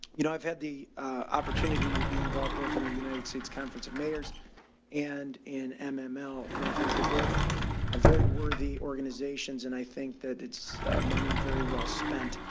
you know, i've had the opportunity to be involved both in the united states conference of mayors and in um ah mml, and i think they're both a very worthy organizations and i think that it's money very well spent.